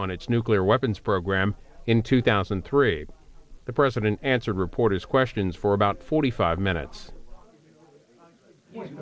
on its nuclear weapons program in two thousand and three the president answered reporters questions for about forty five minutes